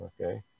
okay